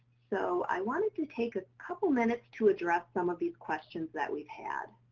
so, i wanted to take a couple minutes to address some of these questions that we've had.